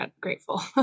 grateful